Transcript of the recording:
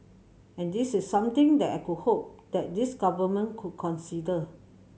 and this is something that I could hope that this Government could consider